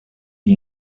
the